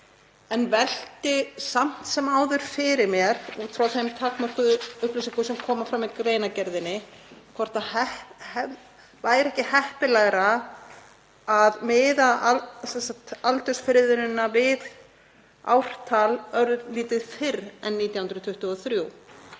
en velti samt sem áður fyrir mér, út frá þeim takmörkuðu upplýsingum sem koma fram í greinargerðinni, hvort það væri ekki heppilegra að miða aldursfriðunina við ártal örlítið fyrr en 1923.